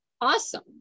Awesome